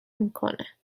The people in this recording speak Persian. میکنه